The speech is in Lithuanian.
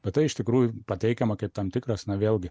bet tai iš tikrųjų pateikiama kaip tam tikras na vėlgi